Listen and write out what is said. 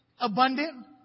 Abundant